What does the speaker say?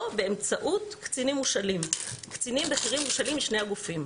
באמצעות קצינים בכירים מושאלים משני הגופים.